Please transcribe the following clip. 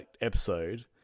episode